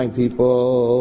people